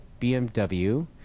BMW